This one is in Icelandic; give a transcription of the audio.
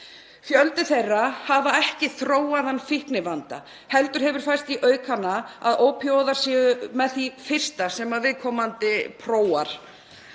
Fjöldi þeirra hefur ekki þróaðan fíknivanda heldur hefur færst í aukana að ópíóíðar séu með því fyrsta sem viðkomandi prófar.